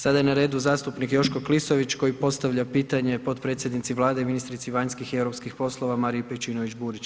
Sada je na redu zastupnik Joško Klisović koji postavlja pitanje potpredsjednici Vlade i ministrici vanjskih i europskih poslova Mariji Pejčinović-Burić.